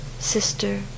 sister